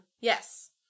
Yes